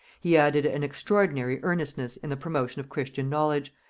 he added an extraordinary earnestness in the promotion of christian knowledge,